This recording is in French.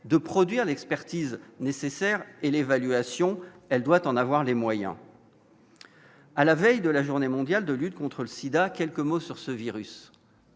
de produire l'expertise nécessaire et l'évaluation, elle doit en avoir les moyens, à la veille de la journée mondiale de lutte contre le SIDA, quelques mots sur ce virus,